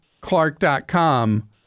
Clark.com